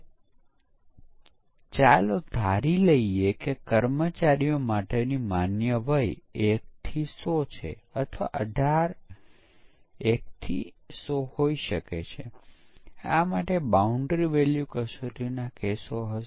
unit પરીક્ષણ દરમ્યાન મળેલ ભૂલનું એક ઉદાહરણ એ પરિમાણોની મિસ મેચ છે